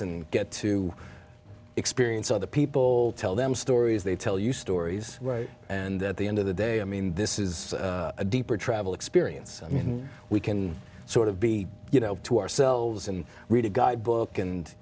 and get to experience other people tell them stories they tell you stories right and at the end of the day i mean this is a deeper travel experience i mean we can sort of be you know to ourselves and read a guide book and